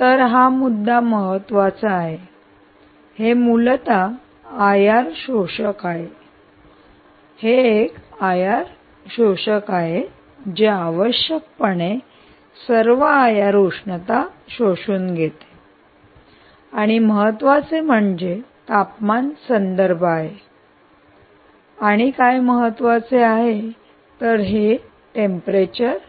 तर हा मुद्दा महत्वाचा आहे हे मूलत आयआर शोषक आहे हे एक आय आर शोषक आहे जे आवश्यक पणे सर्व आयआर उष्णता शोषून घेते आणि महत्त्वाचे म्हणजे तापमान संदर्भ आहे आणि काय महत्त्वाचे आहे तर ते हे रेफरन्स